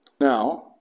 Now